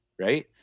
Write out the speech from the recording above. right